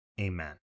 amen